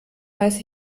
weiß